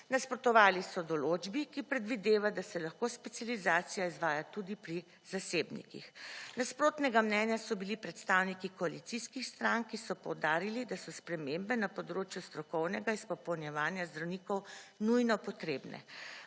Nasprotovali so določbi, ki predvideva, da se lahko specializacija izvaja tudi pri zasebnikih. **59. TRAK: (SC) – 14.50** (nadaljevanje) Nasprotnega mnenja so bili predstavniki koalicijskih strank, ki so poudarili, da so spremembe na področju strokovnega izpopolnjevanja zdravnikov nujno potrebne.